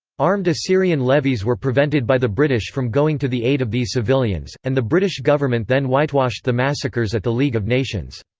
armed assyrian levies were prevented by the british from going to the aid of these civilians, and the british government then whitewashed the massacres at the league of nations.